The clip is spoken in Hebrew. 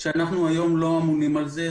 שאנחנו היום לא אמונים על זה,